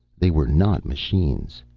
they were not machines.